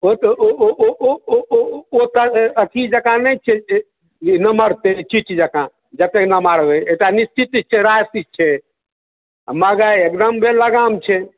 अथी जेकाँ नहि छै जे नमरतै चीट जकाँ जे केना मारबै एकटा निश्चित राशि छै आ महँगाइ एकदम बेलगाम छै